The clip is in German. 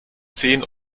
zehn